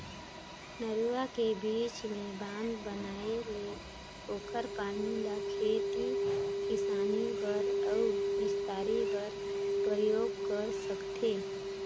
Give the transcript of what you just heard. नरूवा के बीच मे बांध बनाये ले ओखर पानी ल खेती किसानी बर अउ निस्तारी बर परयोग कर सकथें